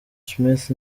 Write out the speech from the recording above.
smith